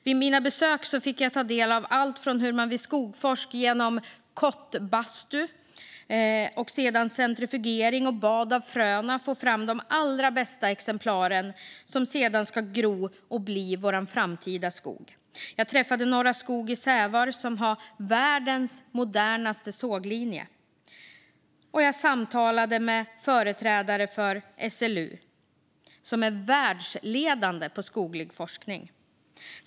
Vid mina besök fick jag ta del av hur man vid Skogforsk genom kottbastu, centrifugering och bad av fröna får fram de allra bästa exemplaren som sedan ska gro och bli vår framtida skog. Jag träffade Norra Skog i Sävar, som har världens modernaste såglinje. Jag samtalade med företrädare för SLU, som är världsledande på skoglig forskning.